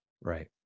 Right